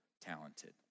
talented